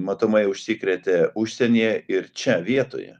matomai užsikrėtė užsienyje ir čia vietoje